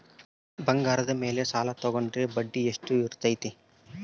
ಬಂಗಾರದ ಮೇಲೆ ಸಾಲ ತೋಗೊಂಡ್ರೆ ಬಡ್ಡಿ ಎಷ್ಟು ಇರ್ತೈತೆ?